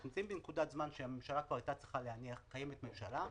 אנחנו נמצאים בנקודת זמן שקיימת ממשלה.